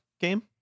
game